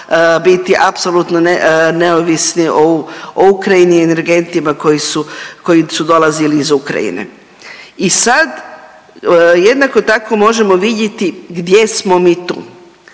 biti apsolutno neovisni o Ukrajini i energentima koji su dolazili iz Ukrajine. I sad jednako tako možemo vidjeti gdje smo mi tu.